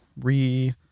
re